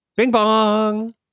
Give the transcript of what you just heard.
Bing-bong